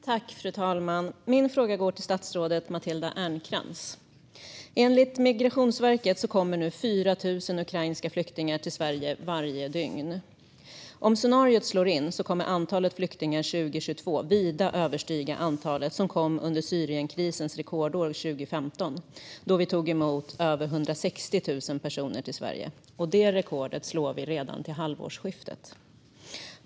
Fru talman! Min fråga går till statsrådet Matilda Ernkrans. Enligt Migrationsverket kommer nu 4 000 ukrainska flyktingar till Sverige varje dygn. Om scenariot slår in kommer antalet flyktingar år 2022 att vida överstiga det antal som kom under Syrienkrisens rekordår 2015, då vi tog emot över 160 000 personer i Sverige. Det rekordet slår vi redan till halvårsskiftet.